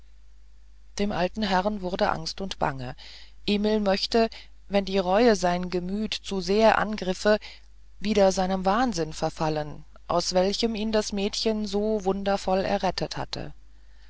dem alten herrn wurde angst und bange emil möchte wenn die reue sein gemüt zu sehr angreife wieder in seinen wahnsinn verfallen aus welchem ihn das mädchen so wundervoll errettet hatte